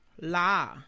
La